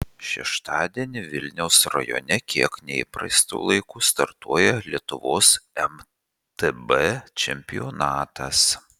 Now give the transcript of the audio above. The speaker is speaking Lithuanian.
šeštadienį vilniaus rajone kiek neįprastu laiku startuoja lietuvos mtb čempionatas